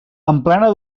emplena